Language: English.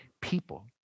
people